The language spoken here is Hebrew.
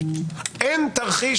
אין תרחיש